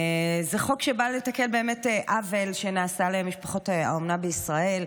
זה חוק שבא לתקן עוול שנעשה למשפחות האומנה בישראל,